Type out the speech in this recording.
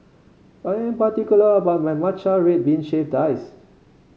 I am particular about my Matcha Red Bean Shaved Ice